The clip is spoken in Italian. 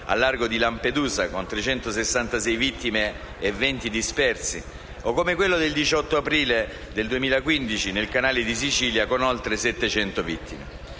a largo di Lampedusa, con 366 vittime e 20 dispersi, o come quello del 18 aprile 2015, nel Canale di Sicilia, con oltre 700 vittime.